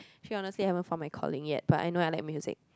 actually honestly I haven't found my calling yet but I know I like music